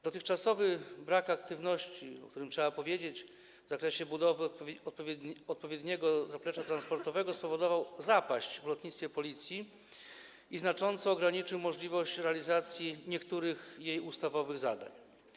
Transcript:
Dotychczasowy brak aktywności, o którym trzeba powiedzieć, w zakresie budowy odpowiedniego zaplecza transportowego spowodował zapaść w lotnictwie Policji i znacząco ograniczył możliwość realizacji niektórych jej ustawowych zadań.